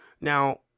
now